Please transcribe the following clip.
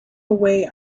away